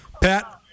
Pat